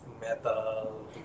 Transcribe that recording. metal